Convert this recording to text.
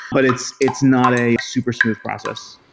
but it's it's not a super smooth process.